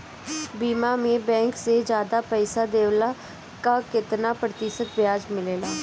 बीमा में बैंक से ज्यादा पइसा देवेला का कितना प्रतिशत ब्याज मिलेला?